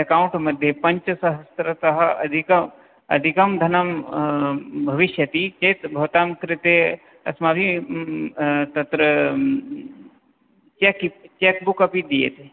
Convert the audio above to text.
account मध्ये पञ्चसहस्रतः अधिक अधिकं धनं भविष्यति चेत् भवतां कृते अस्माभिः तत्र चेक् चेक् बुक् अपि दीयते